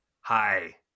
Hi